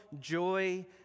joy